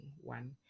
one